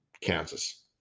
Kansas